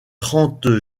trente